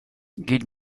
guide